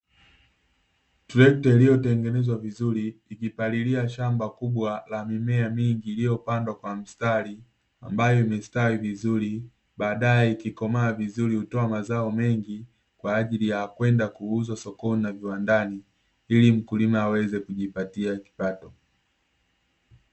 Trekta iliyotengenezwa vizuri, ikipalilia shamba kubwa la mimea mingi iliyopandwa kwa mstari, ambayo imestawi vizuri. Baadae ikikomaa vizuri hutoa mazao mengi kwa ajili ya kwenda kuuza sokoni na viwandani ili mkulima aweze kujipatia kipato.